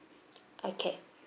okay